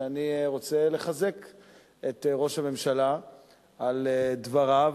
שאני רוצה לחזק את ראש הממשלה על דבריו,